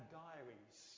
diaries